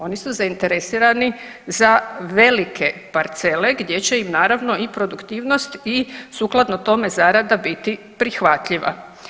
Oni su zainteresirani za velike parcele gdje će im naravno i produktivnost i sukladno tome zarada biti prihvatljiva.